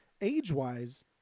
age-wise